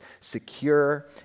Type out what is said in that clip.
Secure